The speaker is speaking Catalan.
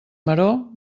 maror